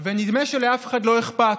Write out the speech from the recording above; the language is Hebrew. ונדמה שלאף אחד לא אכפת.